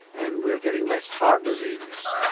and we are getting less heart disease.